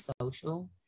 social